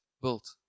built